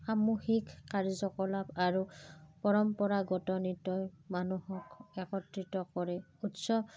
সামূহিক কাৰ্যকলাপ আৰু পৰম্পৰাগত নিতৌ মানুহক একত্ৰিত কৰে উচ্চ